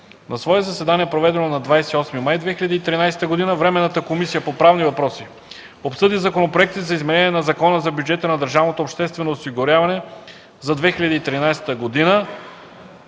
На свое заседание, проведено на 28 май 2013 г., Временната комисия по правни въпроси обсъди законопроекти за изменение на Закона за бюджета на държавното обществено осигуряване за 2013 г.,